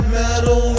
metal